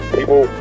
people